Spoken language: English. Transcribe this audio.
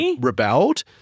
rebelled